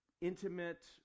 intimate